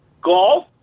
golf